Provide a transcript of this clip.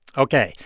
ok.